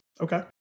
Okay